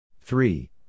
Three